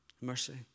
Mercy